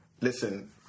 Listen